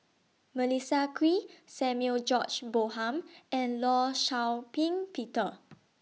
Melissa Kwee Samuel George Bonham and law Shau Ping Peter